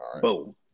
Boom